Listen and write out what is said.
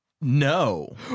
No